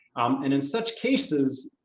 and in such cases,